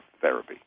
therapy